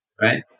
Right